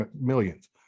millions